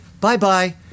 Bye-bye